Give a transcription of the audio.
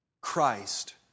Christ